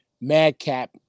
Madcap